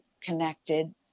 connected